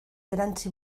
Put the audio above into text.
erantsi